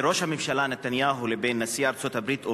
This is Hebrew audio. בין ראש הממשלה נתניהו לבין נשיא ארצות-הברית אובמה,